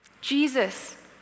Jesus